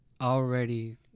already